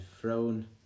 thrown